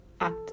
act